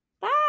Bye